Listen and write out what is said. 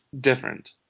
different